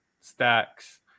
stacks